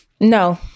No